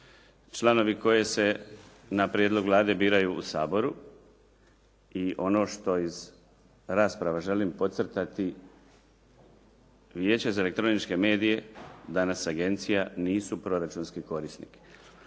članovi koji se na prijedlog Vlade biraju u Saboru i ono što iz rasprave želi podcrtati Vijeće za elektroničke medije danas agencija nisu proračunski korisnik.